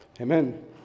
amen